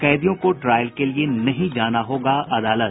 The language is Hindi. कैदियों को ट्रायल के लिए नहीं जाना होगा अदालत